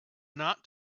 not